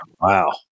Wow